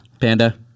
Panda